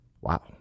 Wow